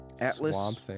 Atlas